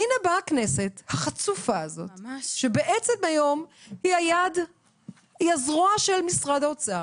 והנה באה הכנסת החצופה הזאת שבעצם היום היא הזרוע של משרד האוצר,